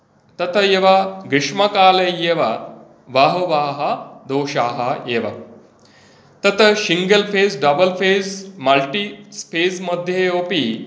तत एव ग्रीष्मकाले एव बहवः दोषाः एव तत्त single phase double phase multi phase मध्ये अपि